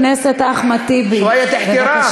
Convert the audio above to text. (אומר בערבית: ברשותך, אחי.) חבר הכנסת אחמד טיבי,